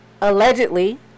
Allegedly